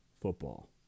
football